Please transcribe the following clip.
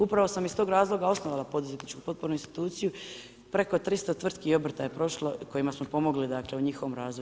Upravo sam iz tog razloga osnovala poduzetničku potpornu instituciju, preko 300 tvrtki i obrta je prošlo kojima smo pomogli u njihovom razvoju.